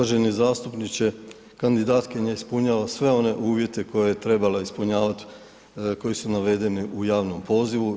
Uvaženi zastupniče, kandidatkinja ispunjava sve one uvjete koje je trebala ispunjavati koji su navedeni u javnom pozivu.